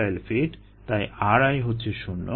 তাই ri হচ্ছে শূণ্য